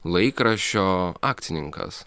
laikraščio akcininkas